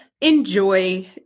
enjoy